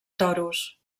toros